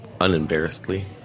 unembarrassedly